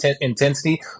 intensity